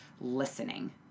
listening